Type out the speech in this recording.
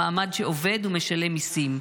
המעמד שעובד ומשלם מיסים,